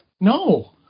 No